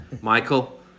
Michael